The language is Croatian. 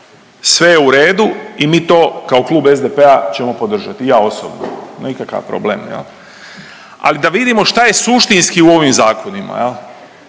sve je u redu i mi to kao klub SDP-a ćemo podržati i ja osobno, nikakav problem jel ali da vidimo šta je suštinski u ovim zakona.